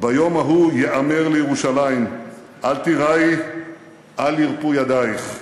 "ביום ההוא יאמר לירושלם אל תיראי אל ירפו ידיך".